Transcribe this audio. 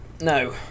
No